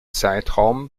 zeitraum